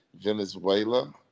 Venezuela